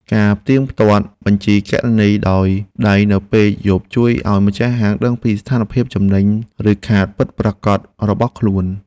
ការផ្ទៀងផ្ទាត់បញ្ជីគណនេយ្យដោយដៃនៅពេលយប់ជួយឱ្យម្ចាស់ហាងដឹងពីស្ថានភាពចំណេញ ឬខាតពិតប្រាកដរបស់ខ្លួន។